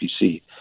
PC